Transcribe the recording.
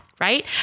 right